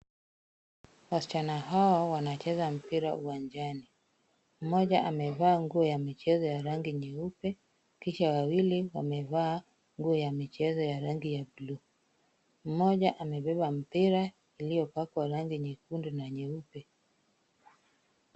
Wasichana hawa wanacheza mpira uwanjani. Mmoja amevaa nguo ya michezo ya rangi nyeupe, kisha wawili wamevaa nguo ya michezo ya rangi ya buluu. Mmoja amebeba mpira iliyopakwa rangi nyekundu na nyeupe.